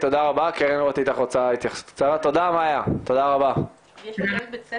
בקצרה, אני בן שבעים ושלוש, היום יש לי יום הולדת.